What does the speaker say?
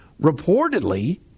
reportedly